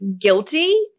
guilty